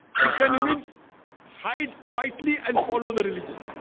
you can even hide quietly and follow the religion.